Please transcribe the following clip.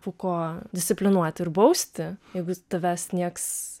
fuko disciplinuoti ir bausti jeigu tavęs nieks